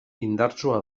indartsua